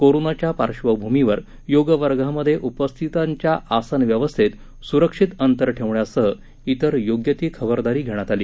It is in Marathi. कोरोनाच्या पार्श्वभूमीवर योग वर्गामध्ये उपस्थितांच्या आसन व्यवस्थेत सुरक्षित अंतर ठेवण्यासह विर योग्य खबरदारी घेण्यात आली